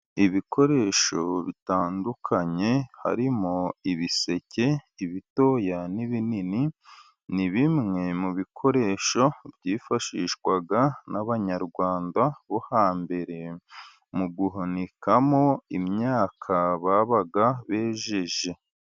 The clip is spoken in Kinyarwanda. Ibikoresho bitandukanye harimo ibiseke, ibitoya n'ibinini, ni bimwe mu bikoresho byifashishwaga n'abanyarwanda bo hambere, mu guhunikamo imyaka babaga bejeje.